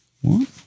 One